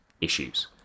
issues